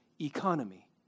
economy